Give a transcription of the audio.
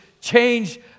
change